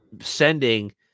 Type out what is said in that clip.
sending